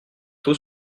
tôt